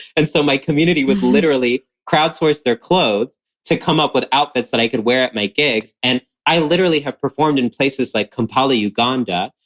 and so my community would literally crowdsource their clothes to come up with outfits that i could wear at my gigs. and i literally have performed in places like kampala, uganda,